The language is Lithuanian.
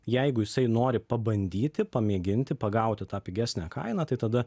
jeigu jisai nori pabandyti pamėginti pagauti tą pigesnę kainą tai tada